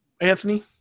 Anthony